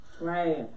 Right